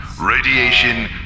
Radiation